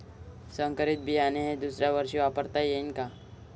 संकरीत बियाणे हे दुसऱ्यावर्षी वापरता येईन का?